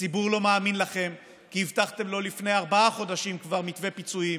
הציבור לא מאמין לכם כי הבטחתם לו כבר לפני ארבעה חודשים מתווה פיצויים.